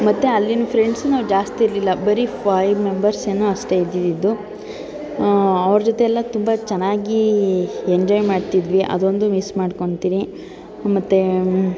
ಮತ್ತು ಅಲ್ಲಿನ ಫ್ರೆಂಡ್ಸು ನಾವು ಜಾಸ್ತಿ ಇರಲಿಲ್ಲ ಬರೇ ಫೈವ್ ಮೆಂಬರ್ಸ್ ಏನೋ ಅಷ್ಟೇ ಇದ್ದಿದ್ದಿದ್ದು ಅವ್ರ ಜೊತೆಯೆಲ್ಲ ತುಂಬ ಚೆನ್ನಾಗಿ ಎಂಜಾಯ್ ಮಾಡ್ತಿದ್ವಿ ಅದೊಂದು ಮಿಸ್ ಮಾಡ್ಕೊಳ್ತೀನಿ ಮತ್ತು